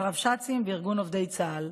הרבש"צים וארגון עובדי צה"ל.